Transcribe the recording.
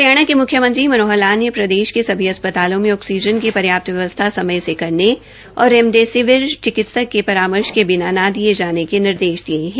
हरियाणा के म्ख्यमंत्री श्री मनोहर लाल ने प्रदेश के सभी अस्पतालों में ऑक्सीजन की पर्याप्त व्यवस्था समय से करने और रेमिडेसिविर इंजेक्शन चिकित्सक के परामर्श के बिना न दिए जाने के निर्देश दिए हैं